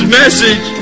message